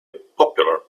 popular